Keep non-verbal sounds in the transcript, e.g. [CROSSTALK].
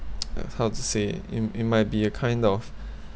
[NOISE] how to say it m~ might be a kind of